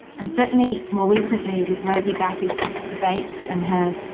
and certainly more recently, with rosie batty's debates and her